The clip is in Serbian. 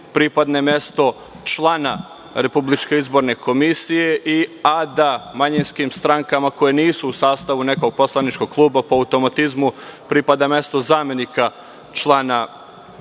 pripadne mesto člana RIK, a da manjinskim strankama koje nisu u sastavu nekog poslaničkog kluba po automatizmu pripada mesto zamenika člana